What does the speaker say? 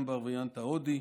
גם בווריאנט ההודי.